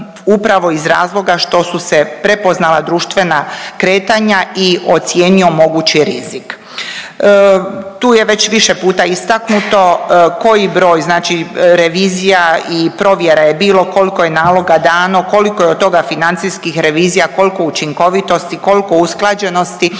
upravo iz razloga što su se prepoznala društvena kretanja i ocijenio mogući rizik. Tu je već više puta istaknuto koji broj znači revizija i provjere je bilo kolko je naloga dano, koliko je od toga financijskih revizija, koliko učinkovitosti, kolko usklađenosti